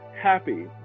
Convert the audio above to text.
happy